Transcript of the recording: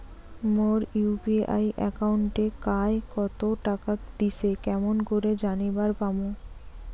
মোর UPI একাউন্টে কায় কতো টাকা দিসে কেমন করে জানিবার পামু?